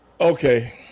Okay